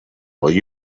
will